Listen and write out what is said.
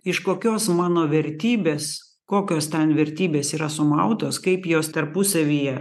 iš kokios mano vertybės kokios ten vertybės yra sumautos kaip jos tarpusavyje